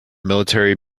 military